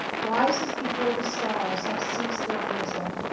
rises before the stars have ceased their vigil,